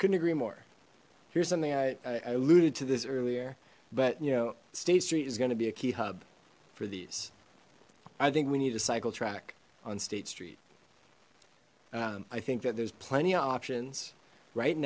couldn't agree more here's something i alluded to this earlier but you know state street is going to be a key hub for these i think we need a cycle track on state street i think that there's plenty of options right